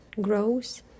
grows